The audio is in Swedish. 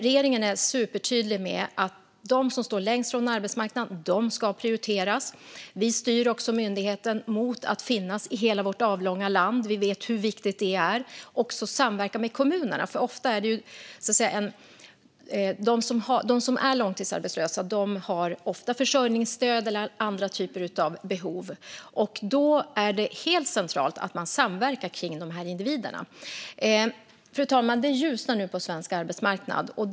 Regeringen är supertydlig med att de som står längst från arbetsmarknaden ska prioriteras. Vi styr också myndigheten mot att finnas i hela vårt avlånga land. Vi vet hur viktigt det är. Man ska också samverka med kommunerna. Ofta har de långtidsarbetslösa försörjningsstöd eller andra typer av behov, och då är det helt centralt att man samverkar kring de individerna. Fru talman! Det ljusnar nu på svensk arbetsmarknad.